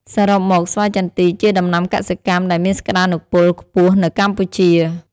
សរុបមក ស្វាយចន្ទីជាដំណាំកសិកម្មដែលមានសក្តានុពលខ្ពស់នៅកម្ពុជា។